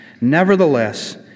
Nevertheless